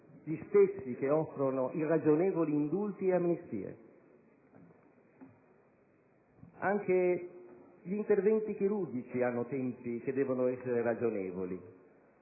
gli stessi che offrono irragionevoli indulti ed amnistie. Anche per gli interventi chirurgici i tempi devono essere ragionevoli